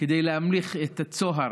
כדי להמליך את צהר,